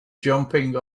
jumping